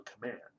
command